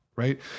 right